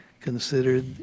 considered